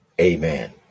Amen